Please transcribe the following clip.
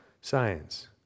science